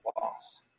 loss